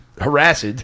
harassed